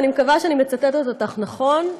ואני מקווה שאני מצטטת אותך נכון,